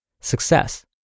Success